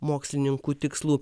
mokslininkų tikslų